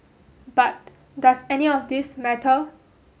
but does any of this matter